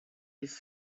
his